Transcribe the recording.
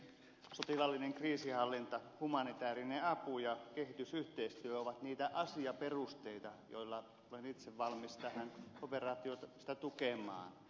sotilaallinen kriisinhallinta humanitäärinen apu ja kehitysyhteistyö ovat niitä asiaperusteita joilla olen itse valmis tätä operaatiota tukemaan